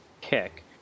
kick